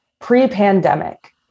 pre-pandemic